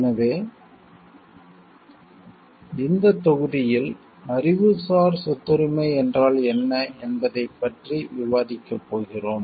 எனவே இந்த தொகுதியில் அறிவுசார் சொத்துரிமை என்றால் என்ன என்பதைப் பற்றி விவாதிக்கப் போகிறோம்